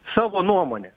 savo nuomonę